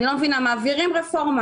אני לא מבינה מעבירים רפורמה,